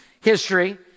history